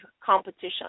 competition